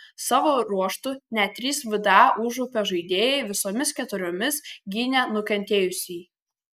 savo ruožtu net trys vda užupio žaidėjai visomis keturiomis gynė nukentėjusįjį